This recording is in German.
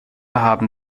haben